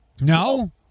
no